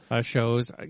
shows